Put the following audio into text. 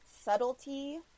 subtlety